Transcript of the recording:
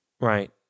Right